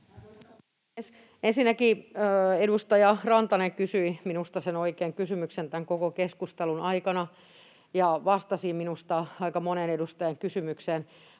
Ensinnäkin edustaja Rantanen kysyi minusta sen oikean kysymyksen koko tässä keskustelussa ja vastasi minusta aika monen edustajan kysymykseen.